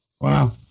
Wow